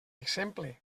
exemple